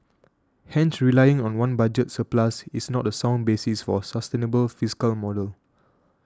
hence relying on one budget surplus is not a sound basis for a sustainable fiscal model